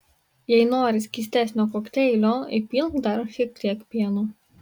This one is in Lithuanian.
jei nori skystesnio kokteilio įpilk dar šiek tiek pieno